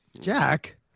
Jack